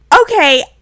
Okay